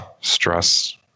Stress